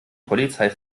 polizei